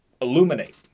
illuminate